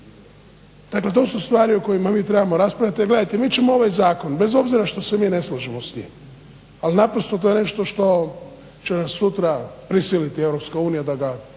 Dakle to su stvari o kojima mi trebamo raspravljati. Gledajte mi ćemo ovaj zakon bez obzira što se mi ne slažemo s njim ali naprosto to je nešto što će nas sutra prisiliti EU da ga